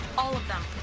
all of them.